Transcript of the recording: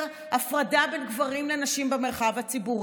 הפרדה בין גברים לנשים במרחב הציבורי.